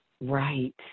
Right